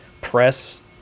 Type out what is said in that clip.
press